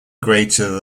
greater